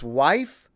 wife